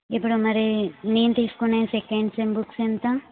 ఇప్పుడు మరి నేను తీసుకునే సెకండ్ సెమ్ బుక్స్ ఎంత